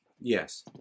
Yes